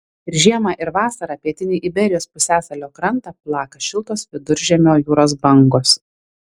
ir žiemą ir vasarą pietinį iberijos pusiasalio krantą plaka šiltos viduržemio jūros bangos